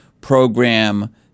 program